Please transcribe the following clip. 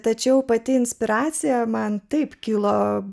tačiau pati inspiracija man taip kilo